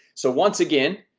so once again,